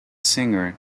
singer